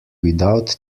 without